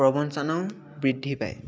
প্ৰৱঞ্চনাও বৃদ্ধি পায়